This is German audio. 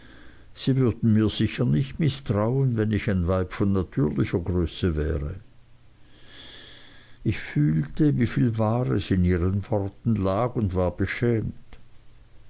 sie würden mir sicher nicht mißtrauen wenn ich ein weib von natürlicher größe wäre ich fühlte wie viel wahres in ihren worten lag und war beschämt